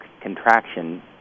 contraction